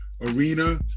arena